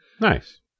Nice